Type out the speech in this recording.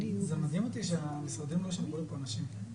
תיקי אדיסון מפורום העצמאים מבית ההסתדרות.